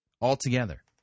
altogether